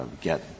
get